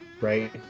right